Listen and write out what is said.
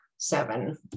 seven